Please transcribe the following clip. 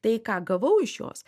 tai ką gavau iš jos